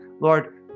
Lord